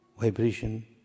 Vibration